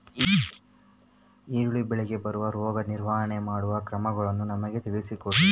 ಈರುಳ್ಳಿ ಬೆಳೆಗೆ ಬರುವ ರೋಗಗಳ ನಿರ್ವಹಣೆ ಮಾಡುವ ಕ್ರಮಗಳನ್ನು ನಮಗೆ ತಿಳಿಸಿ ಕೊಡ್ರಿ?